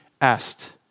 asked